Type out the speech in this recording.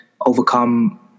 overcome